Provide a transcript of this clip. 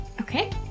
okay